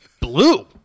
blue